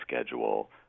schedule